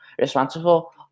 responsible